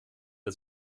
der